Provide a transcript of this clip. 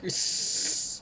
it's